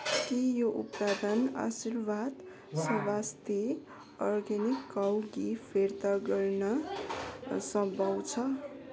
के यो उत्पादन आशीर्वाद स्वस्ती अर्ग्यानिक काउ घि फिर्ता गर्न सम्भव छ